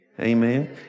Amen